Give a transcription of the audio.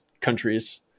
countries